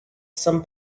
some